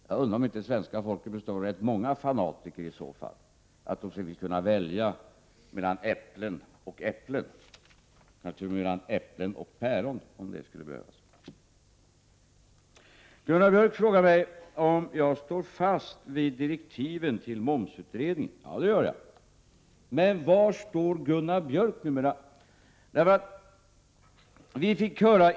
Jag undrar om inte svenska folket består av rätt många fanatiker i så fall, som vill kunna välja mellan äpplen och äpplen eller t.o.m. mellan äpplen och päron, om det skulle behövas. Gunnar Björk frågar mig om jag står fast vid direktiven till momsutredningen. Ja, det gör jag. Men var står Gunnar Björk numera?